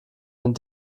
den